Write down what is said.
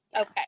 okay